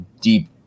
deep